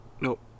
nope